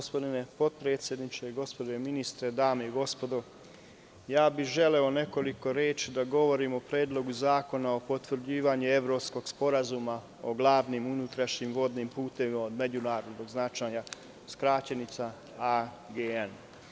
Gospodine podpredsedniče, gospodine ministre, dame i gospodo, želeo bih nekoliko reči da kažem o Predlogu zakona o potvrđivanju Evropskog sporazuma o glavnim unutrašnjim vodnim putevima od međunarodnog značaja, skraćenica AGN.